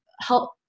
help